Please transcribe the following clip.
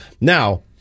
Now